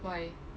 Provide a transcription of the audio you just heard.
why